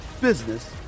business